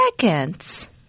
Seconds